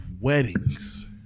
weddings